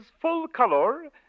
full-color